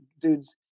dudes